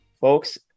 folks